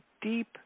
deep